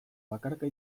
bakarka